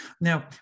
Now